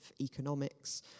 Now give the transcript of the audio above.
economics